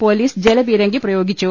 police ജലപീരങ്കി പ്രയോഗിച്ചു